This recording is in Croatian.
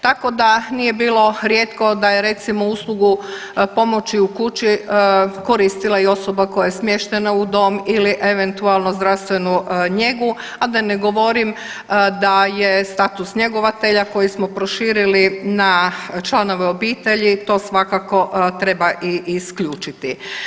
Tako da nije bilo rijetko da je recimo uslugu pomoći u kući koristila i osoba koja je smještena u dom ili eventualno zdravstvenu njegu, a da ne govorim da je status njegovatelja koji smo proširili na članove obitelji to svakako treba i isključiti.